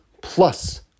plus